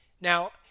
Now